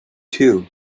two